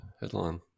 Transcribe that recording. headline